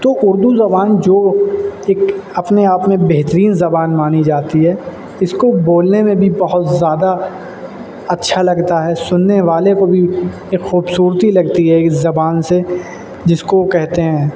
تو اردو زبان جو اک اپنے آپ میں بہترین زبان مانی جاتی ہے اس کو بولنے میں بھی بہت زیادہ اچھا لگتا ہے سننے والے کو بھی ایک خوبصورتی لگتی ہے اس زبان سے جس کو کہتے ہیں